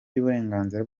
y’uburenganzira